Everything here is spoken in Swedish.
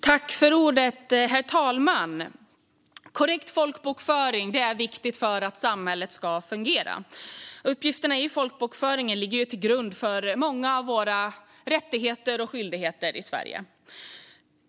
Herr talman! Korrekt folkbokföring är viktig för att samhället ska fungera. Uppgifterna i folkbokföringen ligger till grund för många av våra rättigheter och skyldigheter i Sverige.